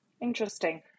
Interesting